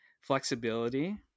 Flexibility